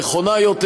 נכונה יותר.